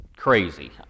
crazy